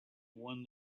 one